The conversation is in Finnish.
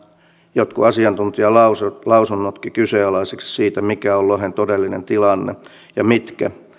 jotkut asiantuntijalausunnotkin siitä mikä on lohen todellinen tilanne ja mikä